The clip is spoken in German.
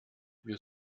wir